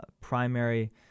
primary